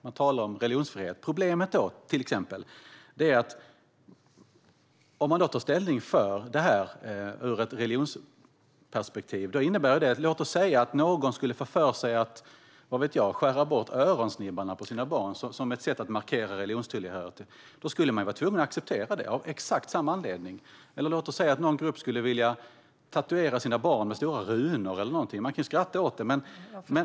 Man talar om religionsfrihet. Problemet är då, till exempel, att om man tar ställning för omskärelse ur ett religiöst perspektiv kan det innebära att om någon får för sig att - vad vet jag - skära bort öronsnibbarna på sina barn som ett sätt att markera religionstillhörighet, skulle man vara tvungen att acceptera det av exakt samma anledning. Eller låt oss säga att en grupp vill tatuera sina barn med stora runor. Man kan skratta åt det .: Jag förstår.)